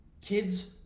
Kids